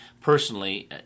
personally